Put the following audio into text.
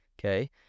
okay